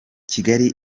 kigali